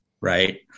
right